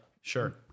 sure